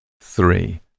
Three